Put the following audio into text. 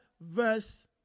verse